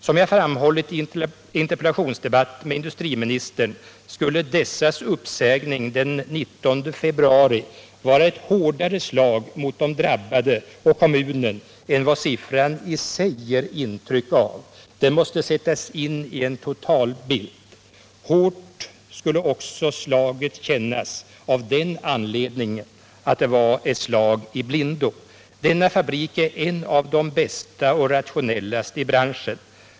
Som jag framhållit i en interpellationsdebatt med industriministern skulle en uppsägning den 19 februari av dessa personer vara ett hårdare slag mot de drabbade och kommunen än vad siffran i sig ger intryck av. Den måste nämligen sättas in i en totalbild. Hårt skulle också slaget kännas av den anledningen att det vore ett slag i blindo. Denna fabrik är en av de bästa och rationellaste i branschen.